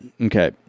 okay